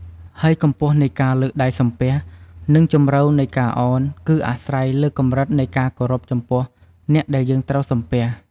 ហើយកម្ពស់នៃការលើកដៃសំពះ និងជម្រៅនៃការឱន គឺអាស្រ័យលើកម្រិតនៃការគោរពចំពោះអ្នកដែលយើងត្រូវសំពះ។